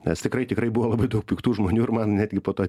nes tikrai tikrai buvo labai daug piktų žmonių ir man netgi po to